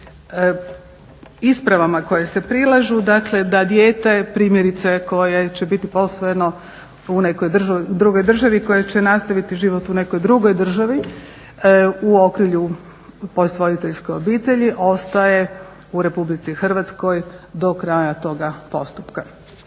ispravama koje se prilažu, dakle da dijete primjerice koje će biti posvojeno u nekoj drugoj državi i koje će nastaviti život u nekoj drugoj državi u okrilju posvojiteljske obitelji ostaje u Republici Hrvatskoj do kraja toga postupka.